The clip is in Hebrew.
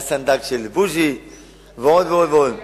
היה סנדק של בוז'י ועוד ועוד.